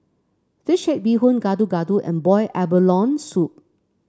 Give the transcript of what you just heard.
fish head Bee Hoon Gado Gado and Boiled Abalone Soup